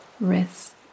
wrist